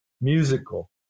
musical